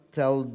tell